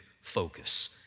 focus